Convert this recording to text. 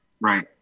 Right